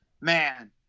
man